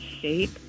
shape